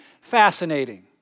fascinating